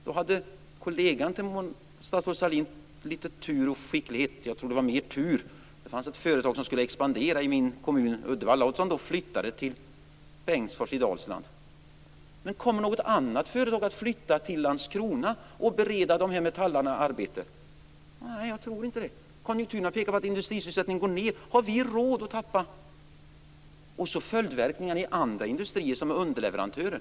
Då hade statsrådet Sahlins kollega lite tur och skicklighet - jag tror det var mer tur. Det fanns ett företag i min kommun Uddevalla som skulle expandera och som flyttade till Bengtsfors i Dalsland. Men kommer något annat företag att flytta till Landskrona och bereda dessa metallare arbete? Nej, jag tror inte det. Konjunkturerna pekar på att industrisysselsättningen går ned. Har vi råd att tappa dessa jobb? Dessutom kommer det ju följdverkningar i andra industrier som är underleverantörer.